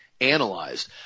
analyzed